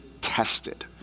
tested